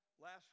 Last